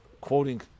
quoting